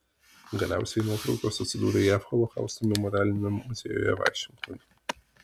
galiausiai nuotraukos atsidūrė jav holokausto memorialiniame muziejuje vašingtone